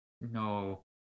no